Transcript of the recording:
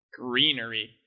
Greenery